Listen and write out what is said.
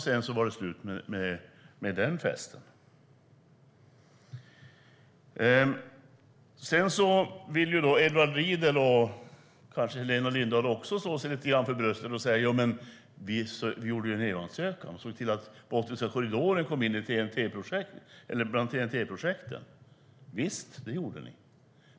Sedan var det slut på den festen. Edward Riedl, och kanske även Helena Lindahl, vill slå sig för bröstet och säga att de gjorde en EU-ansökan och såg till att Botniska korridoren kom med bland TEN-T-projekten. Visst, det gjorde ni.